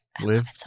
Live